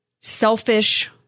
selfish